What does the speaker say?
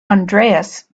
andreas